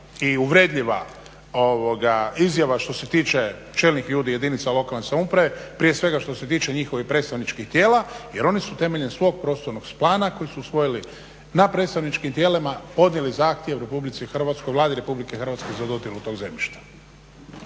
i uvredljiva izjava što se tiče čelnih ljudi jedinica lokalne samouprave, prije svega što se tiče njihovih predstavničkih tijela jer oni su temeljem svog prostornog plana koji su usvojili na predstavničkim tijelima podnijeli zahtjev RH, Vladi RH za dodjelu tog zemljišta.